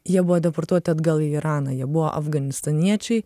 jie buvo deportuoti atgal į iraną jie buvo afganistaniečiai